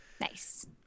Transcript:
Nice